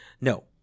No